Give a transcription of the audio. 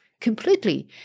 Completely